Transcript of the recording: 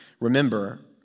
Remember